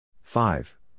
Five